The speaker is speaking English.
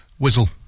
Whizzle